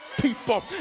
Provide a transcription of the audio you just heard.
people